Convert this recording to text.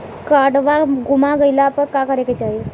काडवा गुमा गइला पर का करेके चाहीं?